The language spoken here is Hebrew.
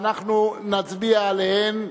ואנחנו נצביע עליהן.